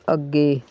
ਅੱਗੇ